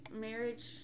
marriage